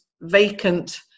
vacant